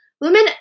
Women